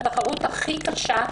בתחרות הכי קשה,